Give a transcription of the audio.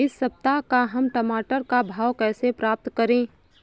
इस सप्ताह का हम टमाटर का भाव कैसे पता करें?